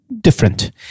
Different